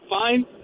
fine